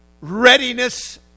readiness